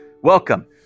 Welcome